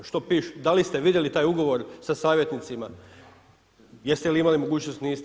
Što piše, da li ste vidjeli taj ugovor sa savjetnicama, jeste li imali mogućnost, niste?